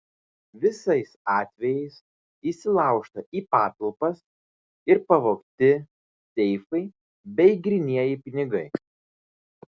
visais atvejais įsilaužta į patalpas ir pavogti seifai bei grynieji pinigai